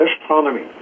astronomy